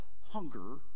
hunger